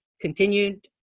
continued